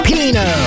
Pino